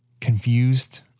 confused